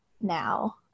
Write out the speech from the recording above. now